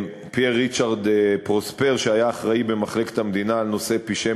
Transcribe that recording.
פייר-ריצ'רד פרוספר שהיה אחראי במחלקת המדינה לנושא פשעי